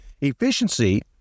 efficiency